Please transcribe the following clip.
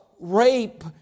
Rape